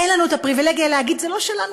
אין לנו את הפריבילגיה להגיד: זה לא שלנו,